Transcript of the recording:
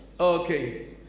Okay